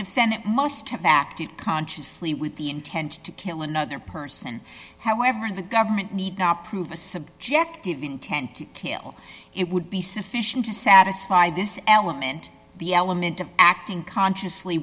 defendant must have acted consciously with the intent to kill another person however in the government need not prove a subjective intent to kill it would be sufficient to satisfy this element the element of acting consciously